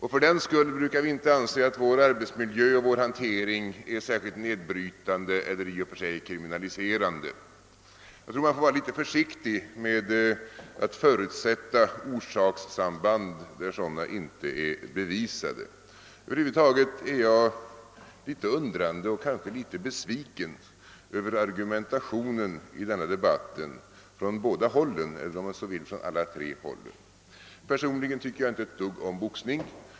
Trots det brukar vi inte anse att vår arbetsmiljö och vår hantering är särskilt nedbrytande eller i och för sig kriminaliserande. Jag tror att man får vara litet försiktig med att förutsätta orsakssamband där sådana inte är bevisade. Över huvud taget är jag litet undrande och kanske litet besviken över argumentationen i denna debatt från båda hållen, eller om man så vill från alla tre hållen. Personligen tycker jag inte ett dugg om boxning.